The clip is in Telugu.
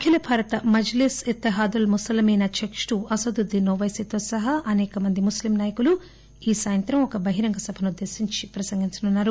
అఖిలభారత మజ్లిస్ ఇత్తిహదుల్ ముస్లిమీస్ అధ్యక్తుడు అసదుద్దీన్ ఓవైసీతో సహా అసేకమంది ముస్లిం నాయకులు ఈ సాయంత్రం ఒక బహిరంగ సభను ఉద్దేళించి ప్రసంగించనున్నారు